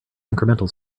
incremental